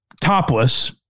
topless